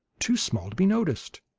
too small to be noticed.